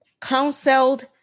counseled